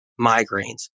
migraines